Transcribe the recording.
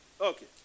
Okay